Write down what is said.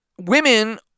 women